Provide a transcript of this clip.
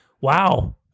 Wow